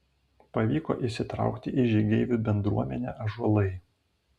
pavyko įsitraukti į žygeivių bendruomenę ąžuolai